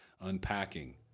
unpacking